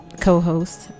co-host